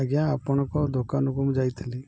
ଆଜ୍ଞା ଆପଣଙ୍କ ଦୋକାନକୁ ମୁଁ ଯାଇଥିଲି